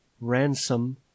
Ransom